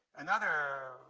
another